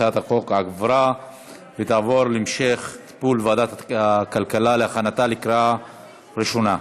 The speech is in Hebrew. הצעת החוק תעבור להמשך טיפול בוועדת הכלכלה להכנתה לקריאה ראשונה.